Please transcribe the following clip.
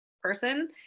person